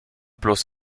bloß